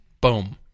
boom